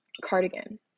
Cardigan